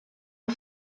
amb